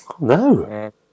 No